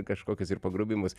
kažkokius ir pagrobimus